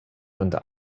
unter